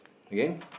okay